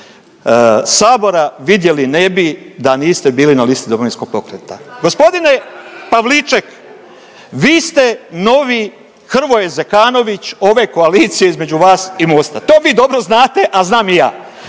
sabora vidjeli ne bi da niste bili na listi Domovinskog pokreta. Gospodine Pavliček, vi ste novi Hrvoje Zekanović ove koalicije između vas i Mosta, to vi dobro znate, a znam i ja.